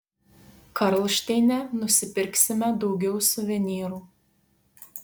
karlšteine nusipirksime daugiau suvenyrų